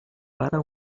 para